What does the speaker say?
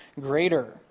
greater